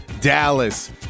Dallas